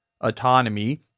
autonomy